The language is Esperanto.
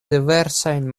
diversajn